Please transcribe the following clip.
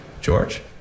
George